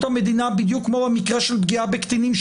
המדינה בדיוק כמו במקרה של פגיעה בקטינים,